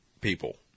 people